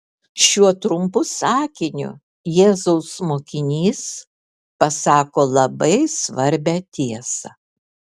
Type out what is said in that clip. šiuo trumpu sakiniu jėzaus mokinys pasako labai svarbią tiesą